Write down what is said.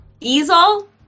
Easel